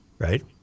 Right